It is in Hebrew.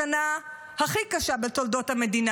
ככה אמורים לפעול ראשי מדינה בשנה הכי קשה בתולדות המדינה?